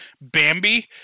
Bambi